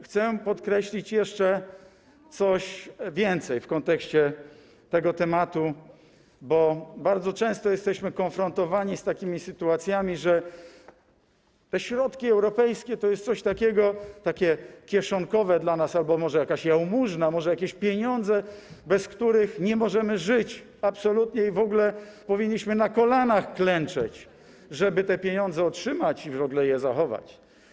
Chcę podkreślić jeszcze coś więcej w kontekście tego tematu, bo bardzo często jesteśmy konfrontowani z takimi sytuacjami, że te środki europejskie to jest takie kieszonkowe dla nas albo może jakaś jałmużna, może jakieś pieniądze, bez których nie możemy żyć absolutnie, i w ogóle powinniśmy na kolanach klęczeć, żeby te pieniądze otrzymać i je zachować.